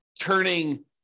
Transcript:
turning